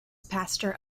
pastor